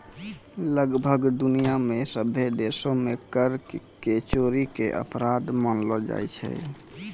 लगभग दुनिया मे सभ्भे देशो मे कर के चोरी के अपराध मानलो जाय छै